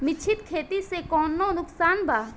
मिश्रित खेती से कौनो नुकसान वा?